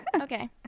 Okay